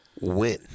win